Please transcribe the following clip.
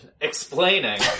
explaining